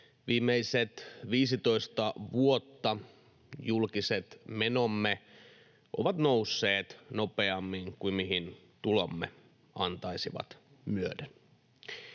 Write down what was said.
viisitoista vuotta julkiset menomme ovat nousseet nopeammin kuin mihin tulomme antaisivat myöden.